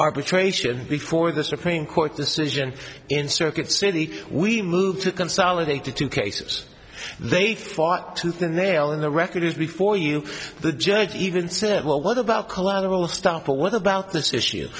arbitration before the supreme court decision in circuit city we move to consolidate the two cases they fought tooth and nail in the records before you the judge even said well what about collateral stuff but what about this issue